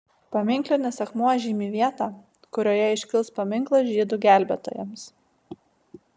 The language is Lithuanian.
paminklinis akmuo žymi vietą kurioje iškils paminklas žydų gelbėtojams